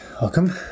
welcome